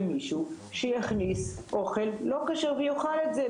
מישהו שיכניס אוכל לא כשר ויאכל את זה.